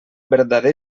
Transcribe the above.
verdader